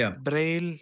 Braille